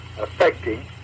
affecting